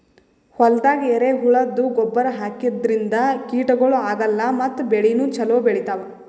ಹೊಲ್ದಾಗ ಎರೆಹುಳದ್ದು ಗೊಬ್ಬರ್ ಹಾಕದ್ರಿನ್ದ ಕೀಟಗಳು ಆಗಲ್ಲ ಮತ್ತ್ ಬೆಳಿನೂ ಛಲೋ ಬೆಳಿತಾವ್